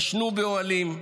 ישנו באוהלים,